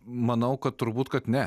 manau kad turbūt kad ne